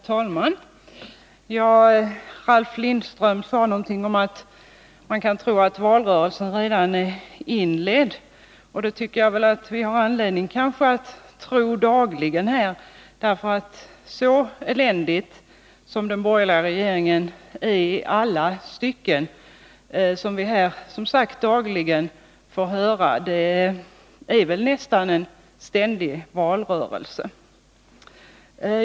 Herr talman! Ralf Lindström sade att man kan tro att valrörelsen redan har inletts. Jag tycker att vi dagligen kan känna det så. Så eländig som man varje dag säger att den borgerliga regeringen är i alla stycken kan man nästan tala om en ständig valrörelse.